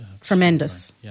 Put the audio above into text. tremendous